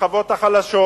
השכבות החלשות.